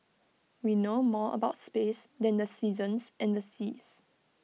we know more about space than the seasons and the seas